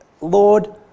Lord